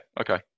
okay